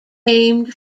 named